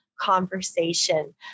conversation